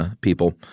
people—